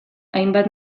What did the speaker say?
hainbat